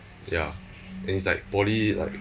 ya and it's like poly like